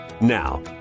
Now